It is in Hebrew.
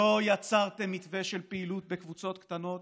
לא יצרתם מתווה של פעילות בקבוצות קטנות